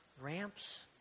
ramps